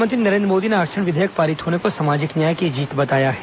प्रधानमंत्री नरेन्द्र मोदी ने आरक्षण विधेयक पारित होने को सामाजिक न्याय की जीत बताया है